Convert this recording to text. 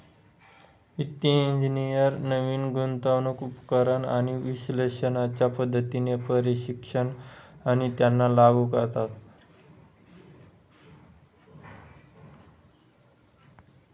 वित्तिय इंजिनियर नवीन गुंतवणूक उपकरण आणि विश्लेषणाच्या पद्धतींचे परीक्षण आणि त्यांना लागू करतात